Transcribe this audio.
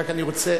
רק אני רוצה,